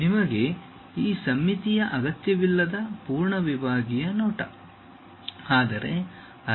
ನಿಮಗೆ ಈ ಸಮ್ಮಿತಿಯ ಅಗತ್ಯವಿಲ್ಲದ ಪೂರ್ಣ ವಿಭಾಗೀಯ ನೋಟ